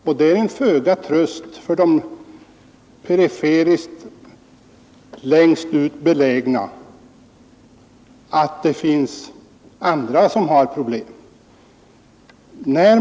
Och det är till föga tröst för dem som bor längst ut i periferin att det finns andra som har problem.